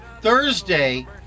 Thursday